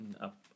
up